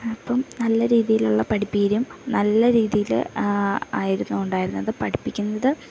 അപ്പം നല്ല രീതിയിലുള്ള പഠിപ്പീരും നല്ല രീതിയിൽ ആയിരുന്നു ഉണ്ടായിരുന്നത് പഠിപ്പിക്കുന്നത്